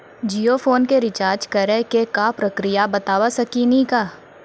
Jio phone के recharge करे के का प्रक्रिया बता साकिनी का?